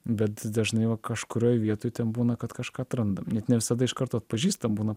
bet dažnai va kažkurioj vietoj ten būna kad kažką atrandam net ne visada iš karto atpažįstam būna